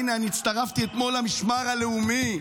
הינה, אני הצטרפתי אתמול למשמר הלאומי.